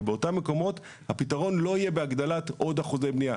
ובאותם מקומות הפתרון לא יהיה בהגדלת עוד אחוזי בנייה.